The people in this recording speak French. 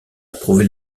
approuvé